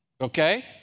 Okay